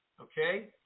okay